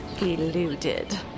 Eluded